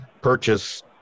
purchase